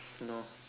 no